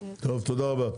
תודה רבה.